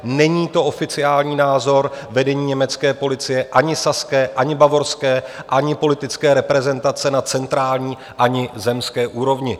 Není to oficiální názor vedení německé policie, ani saské, ani bavorské, ani politické reprezentace na centrální ani zemské úrovni.